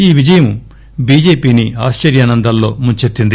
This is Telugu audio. ఈ విజయం బిజెపిని ఆశ్చ్యానందాల్లో ముంచెత్తింది